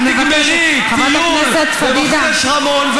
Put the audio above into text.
את תגמרי טיול במכתש רמון,